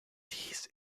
dies